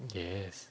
yes